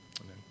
Amen